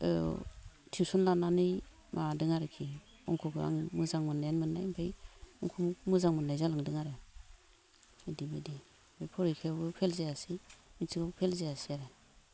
औ टिउसन लानानै माबादों आरखि अंख'खौ आं मोजां मोननायानो मोननाय ओमफाय अंख'खौ मोजां मोननाय जालादों आरो बायदि बायदि ओमफाय फरिखायावबो फेल जायासै मेट्रिकआवबो फेल जायासै आरो